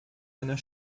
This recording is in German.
einer